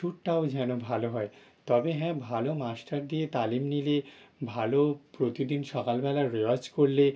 সুরটাও যেন ভালো হয় তবে হ্যাঁ ভালো মাস্টার দিয়ে তালিম নিলে ভালো প্রতিদিন সকালবেলা রেওয়াজ করলে